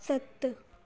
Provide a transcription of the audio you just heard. सत